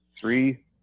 three